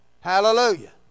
Hallelujah